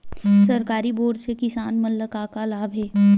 सरकारी बोर से किसान मन ला का लाभ हे?